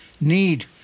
need